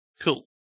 Cool